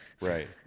Right